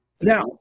now